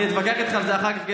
אני אתווכח איתך על זה אחר כך,